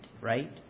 Right